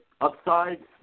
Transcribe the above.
upside